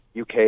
UK